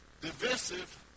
divisive